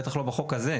בטח לא בחוק הזה.